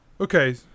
Okay